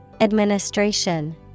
Administration